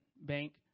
Bank